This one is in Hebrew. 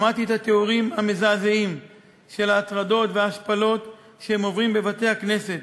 שמעתי את התיאורים המזעזעים של ההטרדות וההשפלות שהם עוברים בבתי-הכנסת,